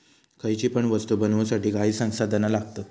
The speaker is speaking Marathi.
खयची पण वस्तु बनवुसाठी काही संसाधना लागतत